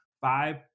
five